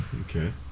Okay